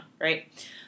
right